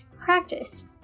practiced